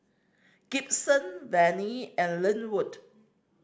Gibson Venie and Linwood